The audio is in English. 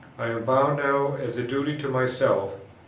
i am bound now as a duty to myself,